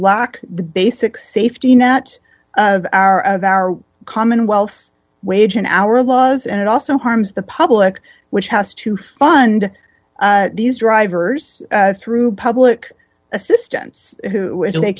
lack the basic safety net of our of our commonwealth's wage in our laws and it also harms the public which has to fund these drivers through public assistance which they